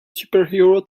superhero